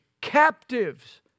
captives